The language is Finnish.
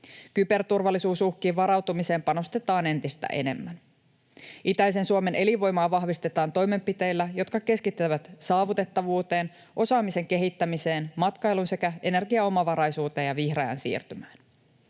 Kyberturvallisuusuhkiin varautumiseen panostetaan entistä enemmän. Itäisen Suomen elinvoimaa vahvistetaan toimenpiteillä, jotka keskittyvät saavutettavuuteen, osaamisen kehittämiseen, matkailuun sekä energiaomavaraisuuteen ja vihreään siirtymään.